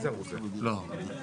כן,